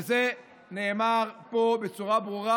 וזה נאמר פה בצורה ברורה,